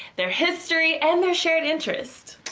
their history, and their shared interest.